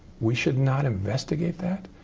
we should not investigate that?